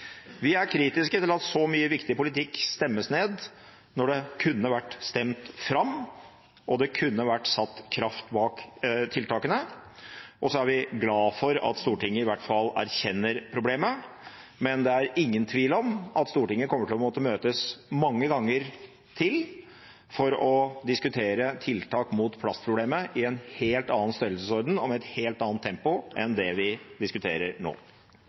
Vi er kritiske til at så mye viktig politikk stemmes ned når det kunne vært stemt fram, og det kunne vært satt kraft bak tiltakene. Så er vi glad for at Stortinget i hvert fall erkjenner problemet, men det er ingen tvil om at Stortinget kommer til å måtte møtes mange ganger til for å diskutere tiltak mot plastproblemet, i en helt annen størrelsesorden og med et helt annet tempo enn det vi diskuterer nå.